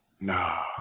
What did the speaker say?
No